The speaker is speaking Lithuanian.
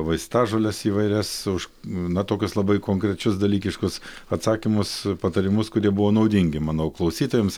vaistažoles įvairias už na tokius labai konkrečius dalykiškus atsakymus patarimus kurie buvo naudingi manau klausytojams